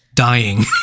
dying